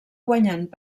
guanyant